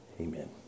Amen